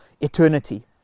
eternity